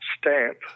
stamp